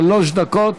שלוש דקות.